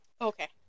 Okay